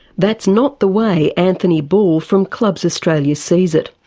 that's not the way anthony ball from clubs australia sees it.